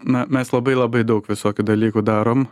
na mes labai labai daug visokių dalykų darom